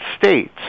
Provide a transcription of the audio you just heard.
States